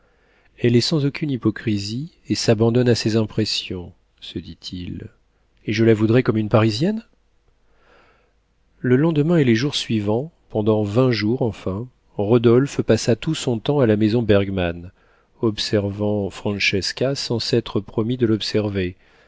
elle est sans aucune hypocrisie et s'abandonne à ses impressions se dit-il et je la voudrais comme une parisienne le lendemain et les jours suivants pendant vingt jours enfin rodolphe passa tout son temps à la maison bergmann observant francesca sans s'être promis de l'observer